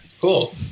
cool